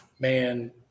Man